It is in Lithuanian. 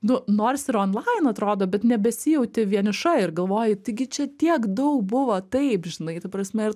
nu nors ir onlain atrodo bet nebesijauti vieniša ir galvoji taigi čia tiek daug buvo taip žinai ta prasme ir